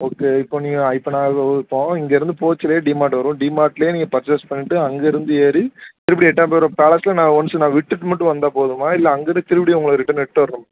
okay இப்போ நீங்கள் இப்போ நான் இப்போது இங்கேருந்து போகச்சொல்ல டிமார்ட் வரும் டிமார்ட்டில் நீங்கள் பர்ச்சேஸ் பண்ணிட்டு அங்கேருந்து ஏறி திரும்பி எட்டயபுரம் பேலஸில் நான் ஒன்ஸு நான் விட்டுட்டு மட்டும் வந்தால் போதுமா இல்லை அங்கேருந்து திரும்பிடியும் உங்களை ரிட்டன் இட்டு வரணுமா